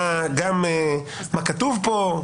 מה כתוב פה?